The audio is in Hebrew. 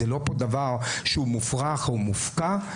זה לא דבר שהוא מופרך או מופקע,